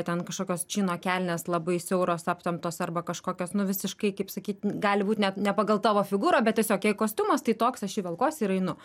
ten kažkokios čino kelnės labai siauros aptemptos arba kažkokios nu visiškai kaip sakyt n gali būt net ne pagal tavo figūrą bet tiesiog jei kostiumas tai toks aš jį velkuosi ir einu